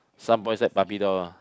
some boys like barbie doll ah